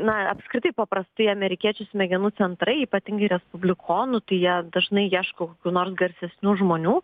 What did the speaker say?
na apskritai paprastai amerikiečių smegenų centrai ypatingai respublikonų tai jie dažnai ieško kokių nors garsesnių žmonių